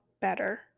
better